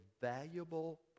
valuable